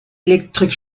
elektrik